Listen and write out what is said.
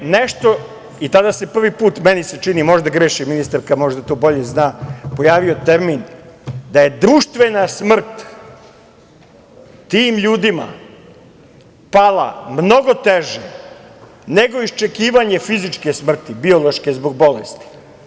I tada se prvi put, meni se čini, možda grešim, ministarka to možda bolje zna, pojavio termin da je društvena smrt tim ljudima pala mnogo teže, nego iščekivanje fizičke smrti, biološke zbog bolesti.